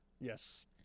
Yes